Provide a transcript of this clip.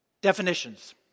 definitions